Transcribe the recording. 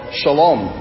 shalom